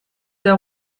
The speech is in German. der